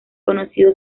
conocido